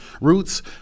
Roots